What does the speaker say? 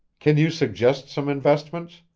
can you suggest some investments?